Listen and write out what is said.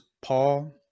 Paul